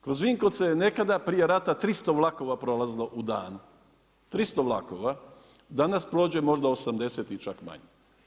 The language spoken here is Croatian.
Kroz Vinkovce je nekada prije rata 300 vlakova prolazilo u danu, 300 vlakova, danas prođe možda 80 i čak manje.